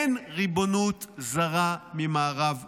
אין ריבונות זרה ממערב לירדן,